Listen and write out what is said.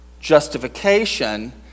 justification